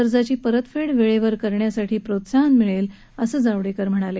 कर्जाची परतफेड वेळेवर करण्यासाठी त्यामुळे प्रोत्साहन मिळेल असं जावडेकर म्हणाले